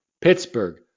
Pittsburgh